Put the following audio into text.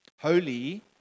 holy